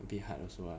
a bit hard also lah